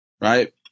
right